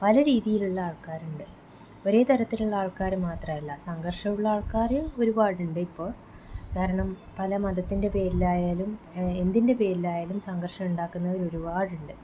പല രീതിയിലുള്ള ആള്ക്കാരുണ്ട് ഒരേ തരത്തിലുള്ള ആള്ക്കാർ മാത്രമല്ല സംഘര്ഷമുള്ള ആള്ക്കാർ ഒരുപാടുണ്ട് ഇപ്പോൾ കാരണം പല മതത്തിന്റെ പേരിലായാലും എന്തിന്റെ പേരിലായാലും സംഘര്ഷം ഉണ്ടാക്കുന്നവര് ഒരുപാടുണ്ട്